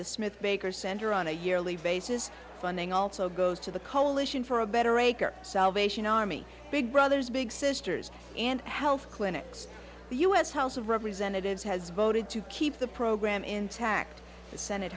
the smith baker center on a yearly basis funding also goes to the coalition for a better acre salvation army big brothers big sisters and health clinics the u s house of representatives has voted to keep the program intact the senate